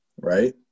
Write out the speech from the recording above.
right